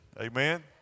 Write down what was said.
Amen